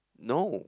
no